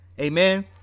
amen